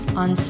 on